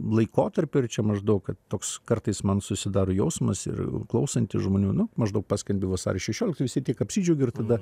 laikotarpį ir čia maždaug toks kartais man susidaro jausmas ir klausantis žmonių nu maždaug paskelbė vasario šešioliktą visi tik apsidžiaugė ir tada